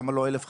למה לא 1,500?